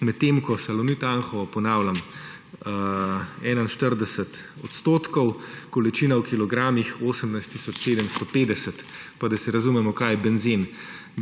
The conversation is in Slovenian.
medtem ko Salonit Anhovo, ponavljam, 41 odstotkov, količina v kilogramih 18 tisoč 750. Pa da se razumemo, kaj je benzen.